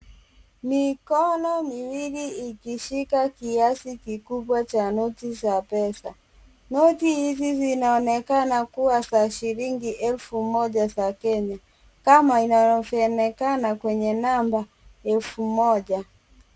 Mikono miwili ikishika kiasi kikubwa cha noti za pesa. Noti hizi zinaonekana kuwa za shilingi elfu moja za Kenya. Kama inavyoonekana kwenye namba elfu moja.